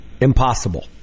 Impossible